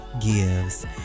gives